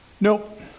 Nope